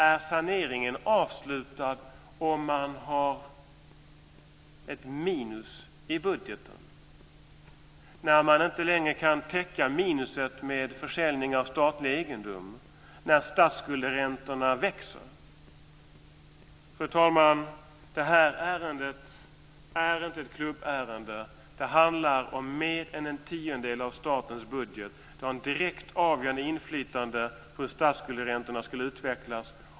Är saneringen avslutad om man har ett minus i budgeten, när man inte längre kan täcka minuset med försäljning av statlig egendom, när statsskuldsräntorna växer? Fru talman! Det här ärendet är inte ett klubbärende. Det handlar om mer än en tiondel av statens budget. Det har ett direkt avgörande inflytande på hur statsskuldsräntorna utvecklas.